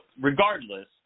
Regardless